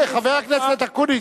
חבר הכנסת אקוניס.